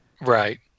Right